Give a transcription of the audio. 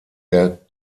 der